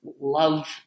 love